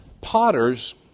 potters